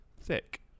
thick